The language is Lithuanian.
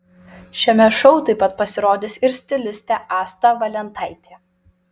šiame šou taip pat pasirodys ir stilistė asta valentaitė